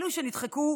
אלה שנדחקו